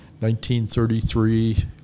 1933